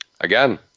again